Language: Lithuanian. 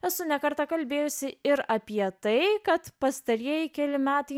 esu ne kartą kalbėjusi ir apie tai kad pastarieji keli metai